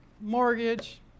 mortgage